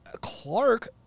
Clark